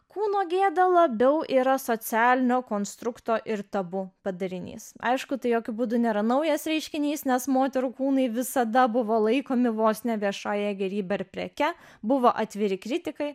kūno gėda labiau yra socialinio konstrukto ir tabu padarinys aišku tai jokiu būdu nėra naujas reiškinys nes moterų kūnai visada buvo laikomi vos ne viešąja gėrybe preke buvo atviri kritikai